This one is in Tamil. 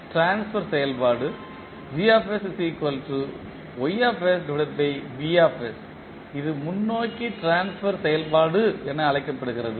ட்ரான்ஸ்பர் செயல்பாடு இது முன்னோக்கி ட்ரான்ஸ்பர் செயல்பாடு என அழைக்கப்படுகிறது